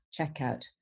checkout